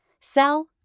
sell